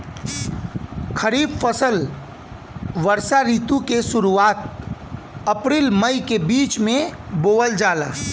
खरीफ फसल वषोॅ ऋतु के शुरुआत, अपृल मई के बीच में बोवल जाला